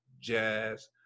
jazz